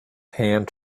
hand